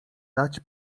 dać